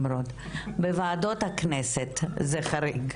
בוועדות הכנסת זה חריג.